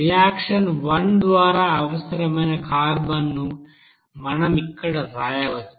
reaction 1 ద్వారా అవసరమైన కార్బన్ను మనం ఇక్కడ వ్రాయవచ్చు